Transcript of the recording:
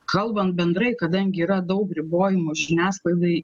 kalbant bendrai kadangi yra daug ribojimų žiniasklaidai